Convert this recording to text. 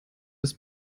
des